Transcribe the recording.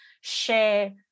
share